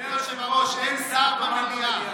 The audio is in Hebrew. אדוני היושב-ראש, אין שר במליאה.